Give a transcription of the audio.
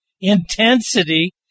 intensity